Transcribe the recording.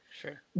Sure